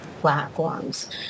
platforms